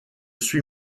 suis